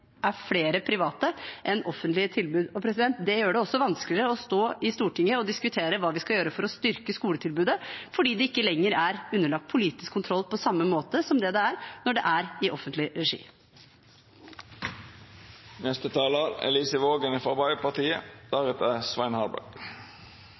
er flere private enn offentlige tilbud. Det gjør det også vanskeligere å stå i Stortinget og diskutere hva vi skal gjøre for å styrke skoletilbudet, fordi det ikke lenger er underlagt politisk kontroll på samme måte som det er når det er i offentlig